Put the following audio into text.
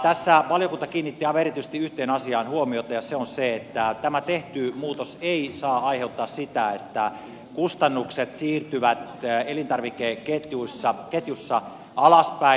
tässä valiokunta kiinnitti aivan erityisesti yhteen asiaan huomiota ja se on se että tämä tehty muutos ei saa aiheuttaa sitä että kustannukset siirtyvät elintarvikeketjussa alaspäin